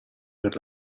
per